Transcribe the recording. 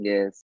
Yes